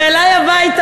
ואלי הביתה.